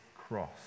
cross